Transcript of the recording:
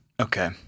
okay